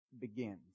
begins